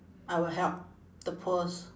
I will help the poors